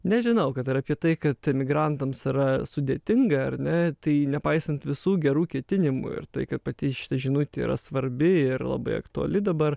nežinau kad ir apie tai kad emigrantams yra sudėtinga ar ne tai nepaisant visų gerų ketinimų ir tai kad pati šita žinutė yra svarbi ir labai aktuali dabar